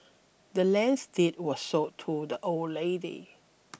the land's deed was sold to the old lady